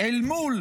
אל מול